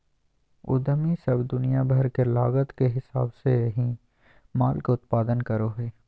उद्यमी सब दुनिया भर के लागत के हिसाब से ही माल के उत्पादन करो हय